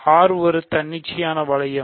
Rஒரு தன்னிச்சையான வளையம்